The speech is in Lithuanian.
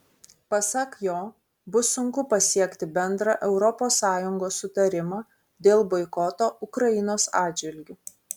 pasak jo bus sunku pasiekti bendrą europos sąjungos sutarimą dėl boikoto ukrainos atžvilgiu